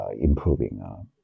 improving